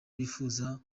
bifuza